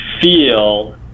feel